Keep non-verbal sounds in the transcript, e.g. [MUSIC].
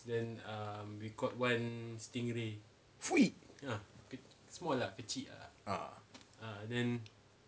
[NOISE] ah